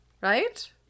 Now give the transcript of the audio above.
Right